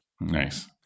Nice